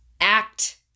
Act